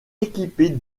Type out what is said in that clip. équipées